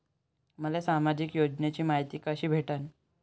मले सामाजिक योजनेची मायती कशी भेटन?